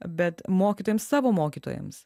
bet mokytojams savo mokytojams